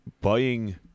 buying